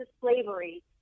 slavery